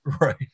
Right